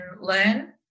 learn